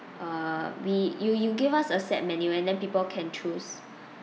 uh we you you give us a set menu and then people can choose